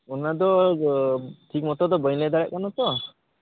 ᱚᱱᱟᱫᱚ ᱴᱷᱤᱠ ᱢᱚᱛᱚ ᱫᱚ ᱵᱟ ᱧ ᱞᱟ ᱭ ᱫᱟᱲᱮᱭᱟᱜ ᱠᱟᱱᱟ ᱛᱚ